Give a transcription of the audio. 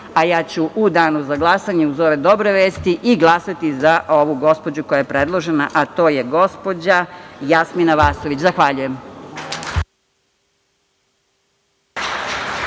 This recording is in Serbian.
a ja ću u danu za glasanje, uz ove dobre vesti, i glasati za ovu gospođu koja je predložena, a to je gospođa Jasmina Vasović. Zahvaljujem.